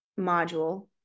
module